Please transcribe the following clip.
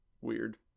Weird